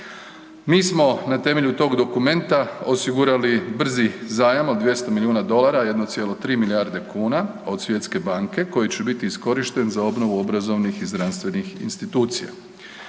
Mi smo na temelju tog dokumenta osigurali brzi zajam od 200 milijuna dolara 1,3 milijarde kuna od Svjetske banke koji će biti iskorišten za obnovu obrazovnih i zdravstvenih institucija.